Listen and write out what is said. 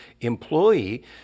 employee